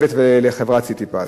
לרכבת ולחברת "סיטיפס".